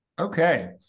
okay